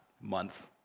month